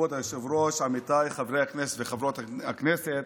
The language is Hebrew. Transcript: כבוד היושב-ראש, עמיתיי חברי הכנסת וחברות הכנסת,